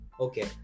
Okay